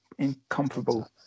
Incomparable